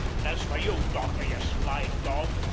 and as for you, dawker, ye sly dog,